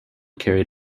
carried